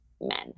men